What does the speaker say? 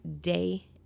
Day